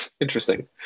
interesting